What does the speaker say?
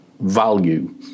value